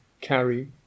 carry